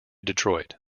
detroit